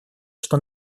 что